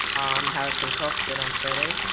ah i'm harrison cox and i'm thirteen.